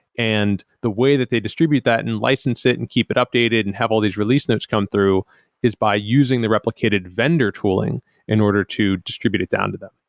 and the way that they distribute that and license and keep it updated and have all these release notes come through is by using the replicated vendor tooling in order to distribute it down to them.